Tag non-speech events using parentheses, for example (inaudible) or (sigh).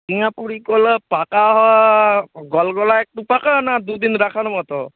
সিঙ্গাপুরি কলা পাকা (unintelligible) গলগলা একটু পাকা না দুদিন রাখার মতো